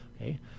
okay